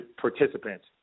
participants